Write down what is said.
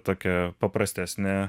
tokia paprastesnė